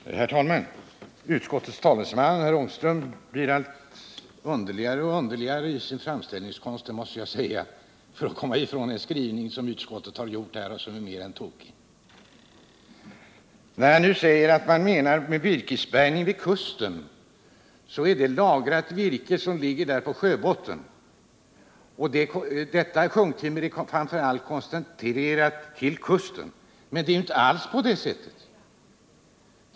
Herr talman! Utskottets talesman herr Ångström blir allt underligare i sin framställningskonst — det måste jag säga — för att komma ifrån en skrivning som utskottet har gjort och som är mer än tokig. Han säger att med virkesbärgning vid kusten menas lagrat virke som ligger på sjöbotten, och detta sjunktimmer är framför allt koncentrerat till kusten. Men det är ju inte alls på det sättet.